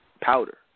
powder